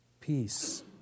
Peace